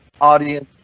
audience